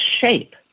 shape